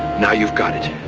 now you've got it. you